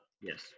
Yes